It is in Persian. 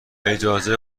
اجازه